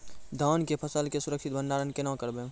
धान के फसल के सुरक्षित भंडारण केना करबै?